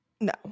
No